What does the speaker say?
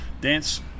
dance